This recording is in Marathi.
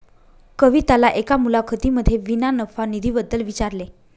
कविताला एका मुलाखतीमध्ये विना नफा निधी बद्दल विचारले